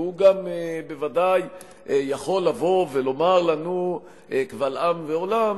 והוא גם בוודאי יכול לבוא ולומר לנו קבל עם ועולם